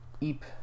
Eep